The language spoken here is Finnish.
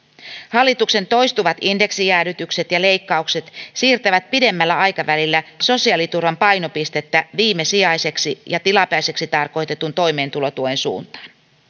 hallituksen toistuvat indeksijäädytykset ja leikkaukset siirtävät pidemmällä aikavälillä sosiaaliturvan painopistettä viimesijaiseksi ja tilapäiseksi tarkoitetun toimeentulotuen suuntaan